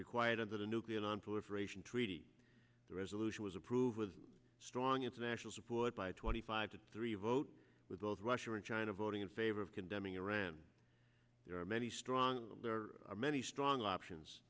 required under the nuclear nonproliferation treaty the resolution was approved with strong international support by twenty five to three vote with both russia and china voting in favor of condemning iran there are many strong there are many strong options